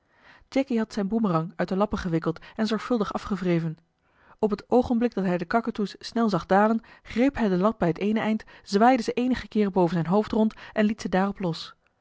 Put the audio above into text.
jacky had zijn boemerang uit de lappen gewikkeld en zorgvuldig afgewreven op het oogenblik dat hij de kakatoes snel zag dalen greep hij de lat bij het eene eind zwaaide ze eenige keeren boven zijn hoofd rond en liet ze daarop los